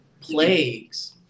plagues